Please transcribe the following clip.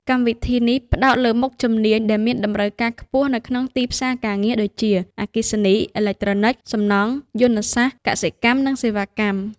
កម្មវិធីនេះផ្តោតលើមុខជំនាញដែលមានតម្រូវការខ្ពស់នៅក្នុងទីផ្សារការងារដូចជា អគ្គិសនី អេឡិចត្រូនិច សំណង់ យន្តសាស្ត្រ កសិកម្ម និងសេវាកម្ម។